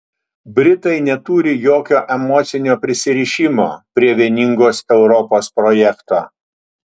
britai neturi jokio emocinio prisirišimo prie vieningos europos projekto